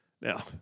Now